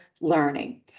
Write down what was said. learning